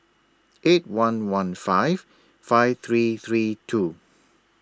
eight one one five five three three two